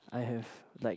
I have like